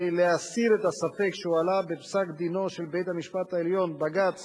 כדי להסיר את הספק שהועלה בפסק-דינו של בית-המשפט העליון בבג"ץ